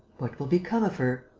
what will become of her?